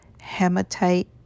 Hematite